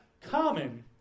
common